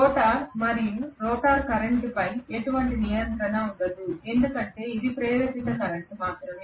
rotor మనకు rotor కరెంట్పై ఎటువంటి నియంత్రణ ఉండదు ఎందుకంటే ఇది ప్రేరేపిత కరెంట్ మాత్రమే